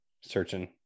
searching